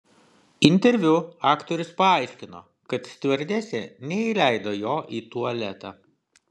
interviu aktorius paaiškino kad stiuardesė neįleido jo į tualetą